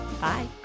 Bye